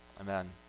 amen